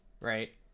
right